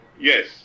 Yes